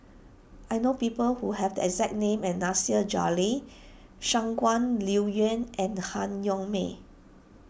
I know people who have the exact name and Nasir Jalil Shangguan Liuyun and Han Yong May